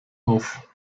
auf